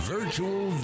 Virtual